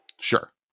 sure